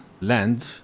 land